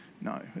No